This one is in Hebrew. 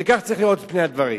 וכך צריך לראות את פני הדברים.